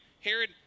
Herod